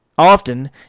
Often